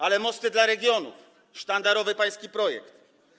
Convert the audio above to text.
Ale „Mosty dla regionów”, sztandarowy pański projekt.